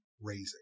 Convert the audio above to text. raising